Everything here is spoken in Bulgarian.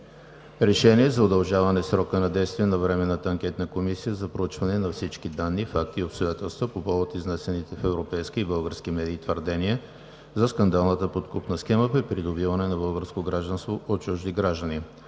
„РЕШЕНИЕ за удължаване срока на Временната анкетна комисия за проучване на всички данни, факти и обстоятелства по повод изнесените в европейски и български медии твърдения за скандалната подкупна схема при придобиване на българско гражданство от чужди граждани